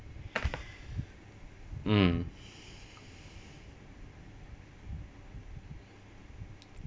mm